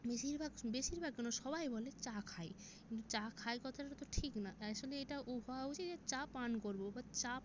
বেশিরভাগ বেশিরভাগ কেন সবাই বলে চা খায় কিন্তু চা খায় কথাটা তো ঠিক না আসলে এটা যে চা পান করবো বা চা